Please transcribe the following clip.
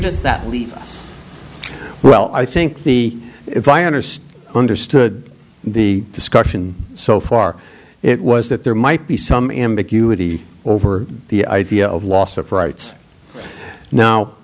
just that leaves us well i think the if i understood understood the discussion so far it was that there might be some ambiguity over the idea of loss of rights now